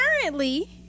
Currently